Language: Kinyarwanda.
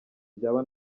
byaba